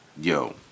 yo